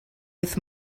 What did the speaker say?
with